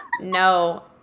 No